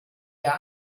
ihr